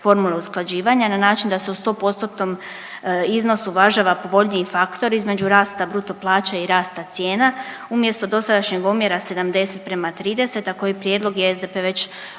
na način da se u sto postotnom iznosu uvažava povoljniji faktor između rasta bruto plaća i rasta cijena umjesto dosadašnjeg omjera 70:30, a koji prijedlog je SDP već uputio